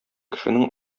кешенең